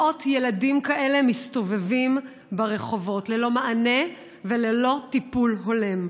מאות ילדים כאלה מסתובבים ברחובות ללא מענה וללא טיפול הולם.